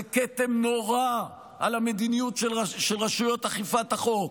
זה כתם נורא על המדיניות של רשויות אכיפת החוק.